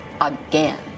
again